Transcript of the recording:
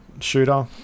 Shooter